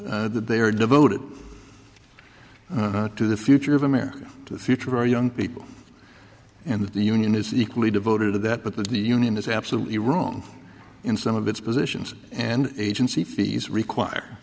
think that they are devoted to the future of america the future of our young people and the union is equally devoted to that but the union is absolutely wrong in some of its positions and agency fees require